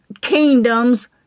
kingdoms